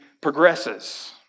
progresses